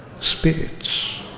spirits